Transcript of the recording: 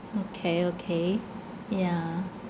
okay okay yeah